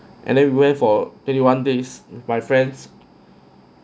and then we went for for twenty one days with my friends